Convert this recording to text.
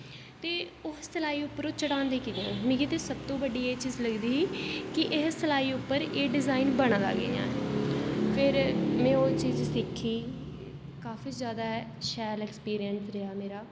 ते उस सलाई उप्पर ओह् चढ़ांदे कि'यां न मिगी ते सब तू बड्डी एह् चीज लगदी ही कि इस सलाई उप्पर एह् डिज़ाइन बना दा कि'यां ऐ फिर में ओह् चीज सिक्खी काफी जादा शैल एक्सपीरियंस रेहा मेरा